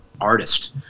artist